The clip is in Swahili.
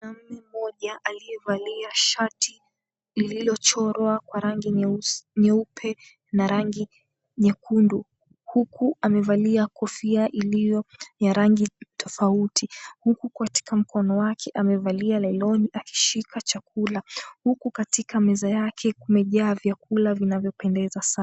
Mwanamke mmoja aliyevalia shati lililochorwa kwa rangi nyeusi nyeupe na rangi nyekundu huku amevalia kofia iliyo ya rangi tofauti huku katika mkono wake amevalia lailoni akishika chakula huku katika meza yake kumejaa vyakula vinavyopendeza sana.